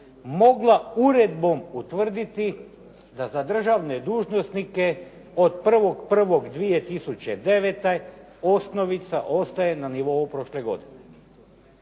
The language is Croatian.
mogla uredbom utvrditi da za državne dužnosnike od 1.1.2009. osnovnica ostaje na nivou prošle godine.